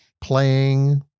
playing